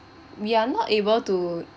we are not able to